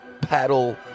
paddle